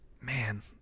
man